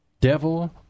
devil